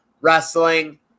wrestling